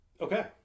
okay